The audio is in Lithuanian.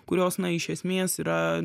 kurios iš esmės yra